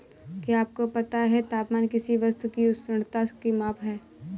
क्या आपको पता है तापमान किसी वस्तु की उष्णता की माप है?